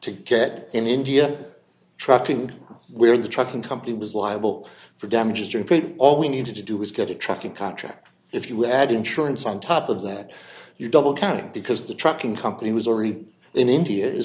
to get in india trucking we're the trucking company was liable for damages to inflate all we need to do is get a trucking contract if you add insurance on top of that you double counting because the trucking company was already in india is